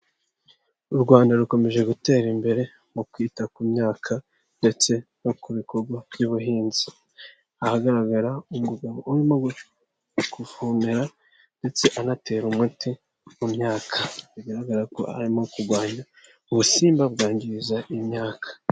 U Rwanda rukomeje gutera imbere mu kwita ku myaka ndetse no ku bikorwa by'ubuhinzi. Ahagaragara umugabo urimo kuvomera ndetse anatera umuti mu myaka. Bigaragara ko arimo kurwanya ubusimba bwangiza imyaka.